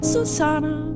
Susana